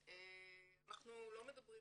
אנחנו לא מדברים,